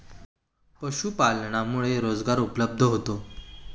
पशुपालनामुळे रोजगार उपलब्ध होतो